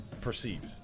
Perceived